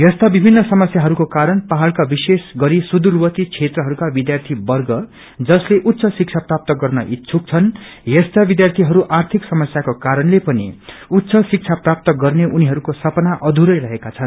यस्ता विभिन्न समस्याहरूको कारण पहाङका विशेष गरि सुदूरवती क्षेत्रहरूका विध्यार्थीवर्ग जसले उच्च शिक्षा प्राप्त गर्न इच्छुक छन् यस्ता विध्यार्थीहस् आर्थिक समस्याको कारणले पनि उच्च शिक्षा प्राप्त गर्ने उनिजहरूको सपना अधुरै रहेका छन्